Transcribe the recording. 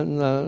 no